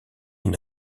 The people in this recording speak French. une